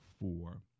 four